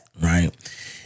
right